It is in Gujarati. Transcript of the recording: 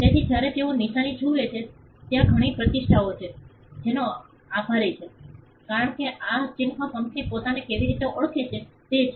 તેથી જ્યારે તેઓ નિશાની જુએ છે ત્યાં ઘણી પ્રતિષ્ઠા છે જે ચિહ્નને આભારી છે કારણ કે આ ચિહ્ન કંપની પોતાને કેવી રીતે ઓળખે છે તે છે